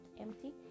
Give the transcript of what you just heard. empty